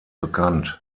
bekannt